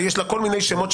כל מיני שמות,